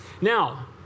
Now